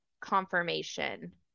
confirmation